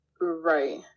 Right